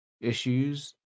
issues